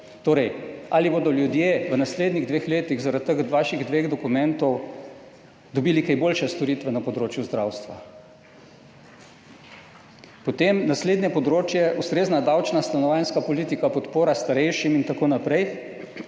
Torej ali bodo ljudje v naslednjih dveh letih zaradi teh dveh vaših dokumentov dobili kaj boljše storitve na področju zdravstva? Potem naslednje področje: ustrezna davčna stanovanjska politika, podpora starejšim in tako naprej.